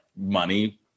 money